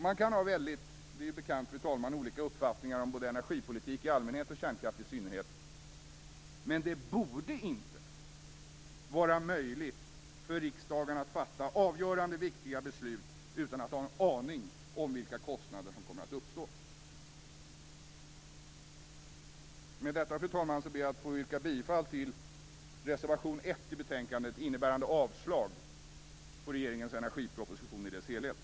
Man kan ha väldigt olika uppfattningar - det är ju bekant, fru talman - om både energipolitik i allmänhet och kärnkraft i synnerhet, men det borde inte vara möjligt för riksdagen att fatta avgörande viktiga beslut utan att ha en aning om vilka kostnader som kommer att uppstå. Med detta, fru talman, ber jag att få yrka bifall till reservation 1 i betänkandet, innebärande avslag på regeringens energiproposition i dess helhet.